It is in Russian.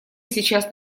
сейчас